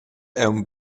aunc